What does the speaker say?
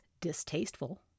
distasteful